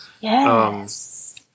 Yes